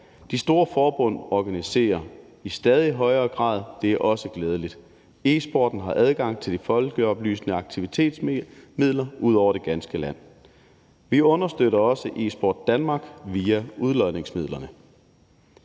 De store forbund organiserer det i stadig højere grad. Det er også glædeligt. E-sporten har adgang til de folkeoplysende aktivitetsmidler ud over det ganske land. Vi understøtter også Esport Danmark via udlodningsmidlerne.